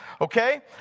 okay